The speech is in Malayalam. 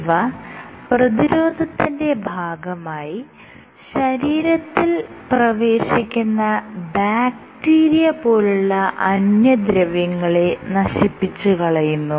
ഇവ പ്രതിരോധത്തിന്റെ ഭാഗമായി ശരീരത്തിൽ പ്രവേശിക്കുന്ന ബാക്ടീരിയ പോലുള്ള അന്യദ്രവ്യങ്ങളെ നശിപ്പിച്ചുകളയുന്നു